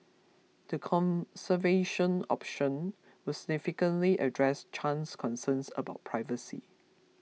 the conservation option would significantly address Chan's concerns about privacy